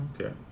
Okay